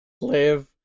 live